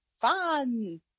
fun